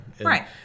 Right